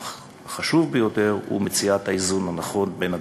אך החשוב ביותר הוא מציאת האיזון הנכון בין הדברים.